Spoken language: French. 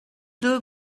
deux